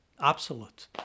absolute